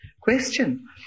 question